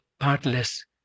partless